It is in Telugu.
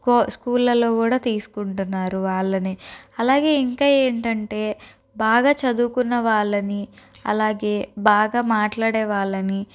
కో స్కూళ్లలో కూడా తీసుకుంటున్నారు వాళ్ళని అలాగే ఇంకా ఏంటంటే బాగా చదువుకున్న వాళ్లని అలాగే బాగా మాట్లాడే వాళ్ళని